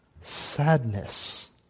sadness